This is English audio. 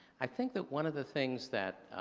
i think that one of the things that